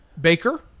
Baker